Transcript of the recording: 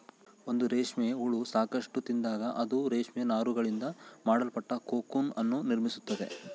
ಒಂದು ರೇಷ್ಮೆ ಹುಳ ಸಾಕಷ್ಟು ತಿಂದಾಗ, ಅದು ರೇಷ್ಮೆ ನಾರುಗಳಿಂದ ಮಾಡಲ್ಪಟ್ಟ ಕೋಕೂನ್ ಅನ್ನು ನಿರ್ಮಿಸ್ತೈತೆ